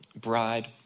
bride